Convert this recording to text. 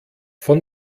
von